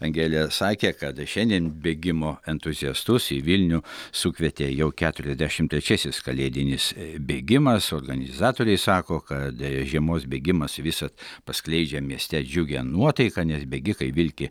angelė sakė kad šiandien bėgimo entuziastus į vilnių sukvietė jau keturiasdešimt trečiasis kalėdinis bėgimas organizatoriai sako kad žiemos bėgimas visad paskleidžia mieste džiugią nuotaiką nes bėgikai vilki